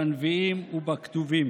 בנביאים ובכתובים.